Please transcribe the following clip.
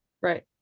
Right